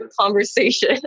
conversation